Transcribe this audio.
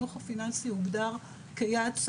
החינוך הפיננסי הוגדר כיעד,